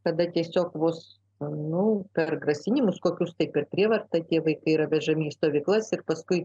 kada tiesiog vos per grasinimus kokius tai per prievartą vaikai yra vežami į stovyklas ir paskui